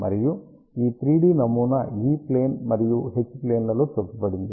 మరియు ఈ 3 D నమూనా E ప్లేన్ మరియు H ప్లేన్ లలో చూపబడింది